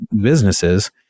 businesses